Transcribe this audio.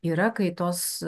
yra kai tos